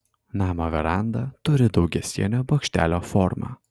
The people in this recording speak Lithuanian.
namo veranda turi daugiasienio bokštelio formą